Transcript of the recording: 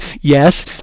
yes